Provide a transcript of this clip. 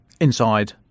inside